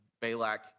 Balak